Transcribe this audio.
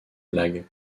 blague